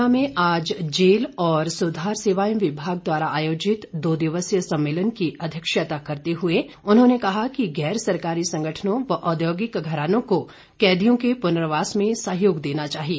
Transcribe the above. शिमला में आज जेल और सुधार सेवाएं विभाग द्वारा आयोजित दो दिवसीय सम्मेलन की अध्यक्षता करते हुए उन्होंने कहा कि गैर सरकारी संगठनों व औद्योगिक घरानों को कैदियों के पुनर्वास में सहयोग देना चाहिए